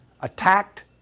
attacked